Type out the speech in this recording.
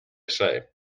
say